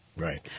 Right